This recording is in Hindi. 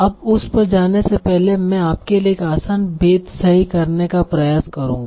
अब उस पर जाने से पहले मैं आपके लिए एक आसानभेद सही करने का प्रयास करूंगा